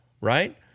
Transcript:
Right